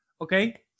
okay